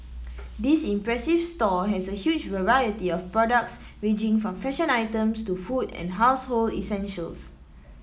this impressive store has a huge variety of products ranging from fashion items to food and household essentials